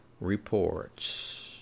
reports